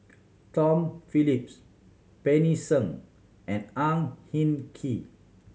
Tom Phillips Pancy Seng and Ang Hin Kee